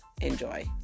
Enjoy